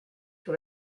sur